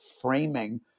framing